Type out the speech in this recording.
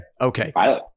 Okay